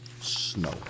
snow